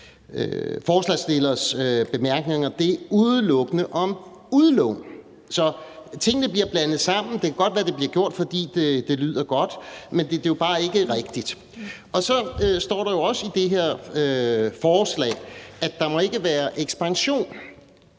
forslagsstillers bemærkninger. Det handler udelukkende om udlån. Tingene bliver blandet sammen, og det kan godt være, at det bliver gjort, fordi det lyder godt, men det er jo bare ikke rigtigt. Så står der jo også i det her forslag, at der ikke må være ekspansion